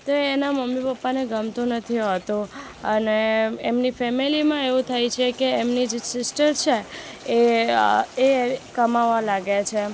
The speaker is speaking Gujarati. તો એનાં મમ્મી પપ્પાને ગમતું નથી હોતું અને એમની ફેમીલીમાં એવું થાય છે કે એમની જે સિસ્ટર છે એ એ કમાવા લાગે છે